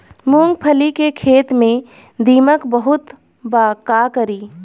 मूंगफली के खेत में दीमक बहुत बा का करी?